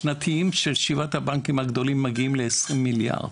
הרווחים השנתיים של שבעת הבנקים הגדולים מגיעים ל-20 מיליארד.